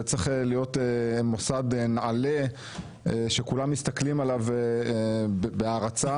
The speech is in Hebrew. וצריך להיות מוסד נעלה שכולם מסתכלים עליו בהערצה,